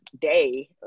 day